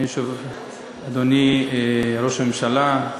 אדוני ראש הממשלה,